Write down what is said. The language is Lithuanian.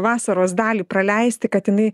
vasaros dalį praleisti kad jinai